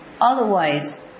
Otherwise